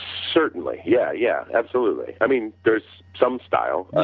certainly, yeah yeah, absolutely. i mean there is some style yeah,